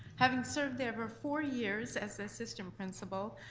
having served there for four years as the assistant principal,